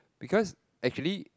because actually